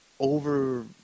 over